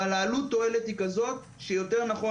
אבל העלות-תועלת היא כזאת שיותר נכון